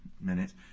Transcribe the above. minutes